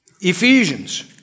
Ephesians